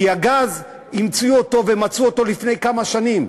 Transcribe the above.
כי הגז, מצאו אותו לפני כמה שנים.